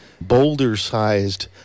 boulder-sized